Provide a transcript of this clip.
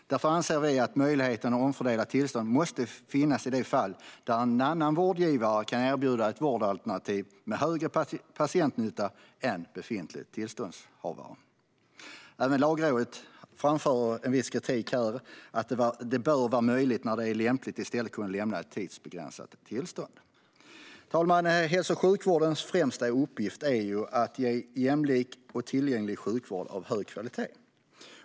Därför anser vi att möjligheten att omfördela tillstånd måste finnas i de fall då en annan vårdgivare kan erbjuda ett vårdalternativ med större patientnytta än befintlig tillståndshavare. Även Lagrådet framför en viss kritik om att det bör vara möjligt när det är lämpligt att i stället kunna lämna ett tidsbegränsat tillstånd. Herr talman! Hälso och sjukvårdens främsta uppgift är att ge jämlik och tillgänglig sjukvård av hög kvalitet.